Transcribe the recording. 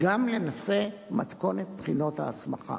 אלא גם לנושא מתכונת בחינות ההסמכה.